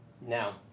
Now